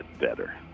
better